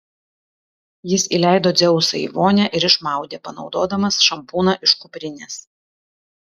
jis įleido dzeusą į vonią ir išmaudė panaudodamas šampūną iš kuprinės